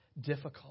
difficult